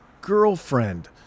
girlfriend